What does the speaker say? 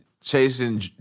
chasing